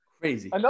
Crazy